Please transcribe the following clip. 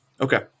Okay